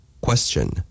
Question